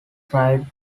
tried